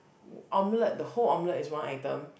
omelette the whole omelette is one item